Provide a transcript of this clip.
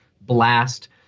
blast